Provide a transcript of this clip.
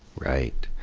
right.